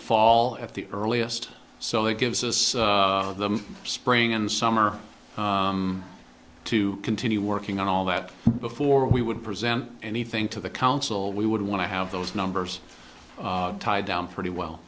fall at the earliest so that gives us the spring and summer to continue working on all that before we would present anything to the council we would want to have those numbers tied down pretty well